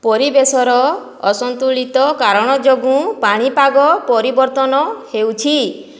ପରିବେଶର ଅସନ୍ତୁଳିତ କାରଣ ଯୋଗୁଁ ପାଣିପାଗ ପରିବର୍ତ୍ତନ ହେଉଛି